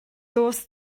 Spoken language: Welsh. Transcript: does